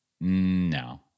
No